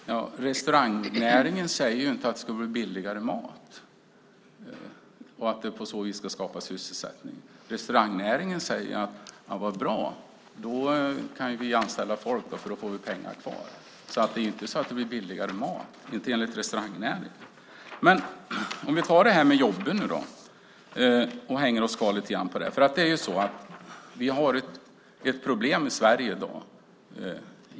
Fru talman! Restaurangnäringen säger ju inte att det ska bli billigare mat och på så sätt skapa sysselsättning. Restaurangnäringen säger: Vad bra! Då får vi pengar över och kan anställa folk. Det blir alltså inte billigare mat, inte enligt restaurangnäringen. Vi kan hålla oss kvar vid jobben en stund. Vi har ett problem i Sverige.